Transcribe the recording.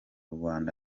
rwanda